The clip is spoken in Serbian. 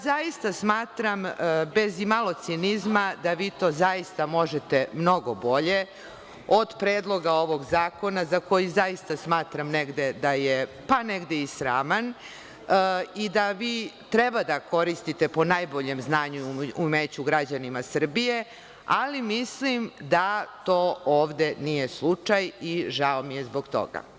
Zaista smatram, bez imalo cinizma, da vi to zaista možete mnogo bolje od Predloga ovog zakona, za koji zaista smatram negde da je, pa negde i sraman, i da vi treba da koristite po najboljem znanju i umeću građanima Srbije, ali mislim da to ovde nije slučaj i žao mi je zbog toga.